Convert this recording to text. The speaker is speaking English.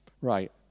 Right